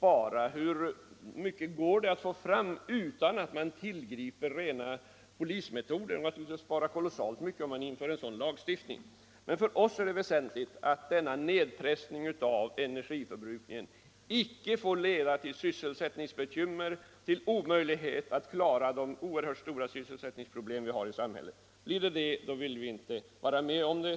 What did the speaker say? Hur mycket går det att spara utan att man tillgriper rena polismetoder? Man kan spara kolossalt mycket om man inför en sådan lagstiftning. Men för oss är det väsentligt att denna nedpressning av energiförbrukningen icke får leda till sysselsättningsbekymmer, till omöjlighet att klara de oerhört stora sysselsättningsproblem vi har i samhället. Blir det så, vill vi inte vara med om det.